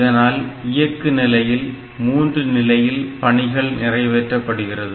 இதனால் இயக்கு நிலையில் மூன்று நிலையில் பணிகள் நிறைவேற்றப்படுகிறது